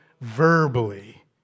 verbally